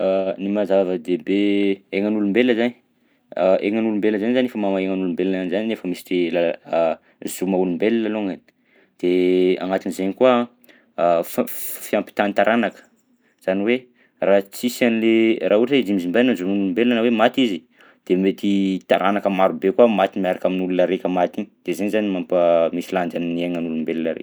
Ny maha-zava-dehibe aignan'olombelona zany aignan' olombelona zany zany efa maha-aignan'olombelona ananjy zany efa misy ti- la- zo maha-olombelona alongany de agnatin'zainy koa fa- f- fiampitan-taranaka zany hoe raha tsisy an'le raha ohatra hoe zimbazimbaina zon'olombelona na hoe maty izy de mety taranaka marobe koa maty miaraka amin'ny olona raika maty iny de zainy zany mampa-misy lanjany ny aignan'olombelona raika.